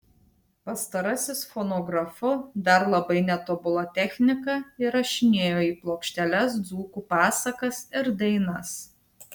pastarasis fonografu dar labai netobula technika įrašinėjo į plokšteles dzūkų pasakas ir dainas